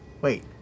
Wait